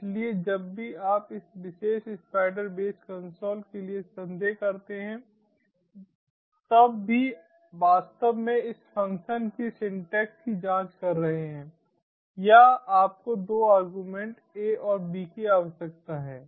इसलिए जब भी आप इस विशेष स्पाइडर बेस कंसोल के लिए संदेह करते हैं तब भी वास्तव में इस फ़ंक्शन के सिंटैक्स की जांच कर रहे हैं या आपको दो आर्गुमेंट a और bकी आवश्यकता है